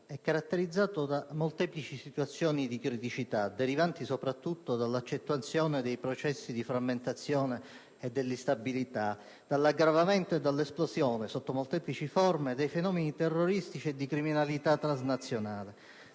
è caratterizzato da molteplici situazioni di criticità, derivanti soprattutto dall'accentuazione dei processi di frammentazione e di instabilità, dall'aggravamento e dall'esplosione, sotto molteplici forme, dei fenomeni terroristici e di criminalità transnazionale,